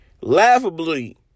laughably